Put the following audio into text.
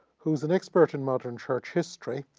who's an expert in modern church history,